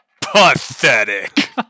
pathetic